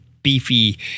beefy